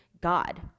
God